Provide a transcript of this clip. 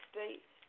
States